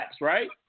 right